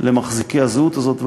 למחזיקי תעודת הזהות הזאת.